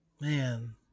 Man